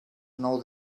nou